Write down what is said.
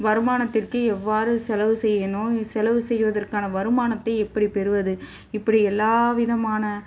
வருமானத்திற்கு எவ்வாறு செலவு செய்யணும் செலவு செய்வதற்கான வருமானத்தை எப்படி பெறுவது இப்படி எல்லா விதமான